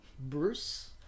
Bruce